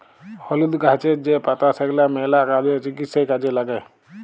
হলুদ গাহাচের যে পাতা সেগলা ম্যালা কাজে, চিকিৎসায় কাজে ল্যাগে